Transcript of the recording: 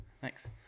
Thanks